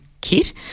kit